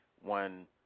one